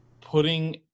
putting